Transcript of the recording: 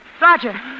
Roger